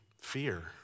fear